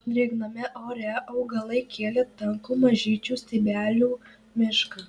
drėgname ore augalai kėlė tankų mažyčių stiebelių mišką